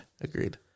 Agreed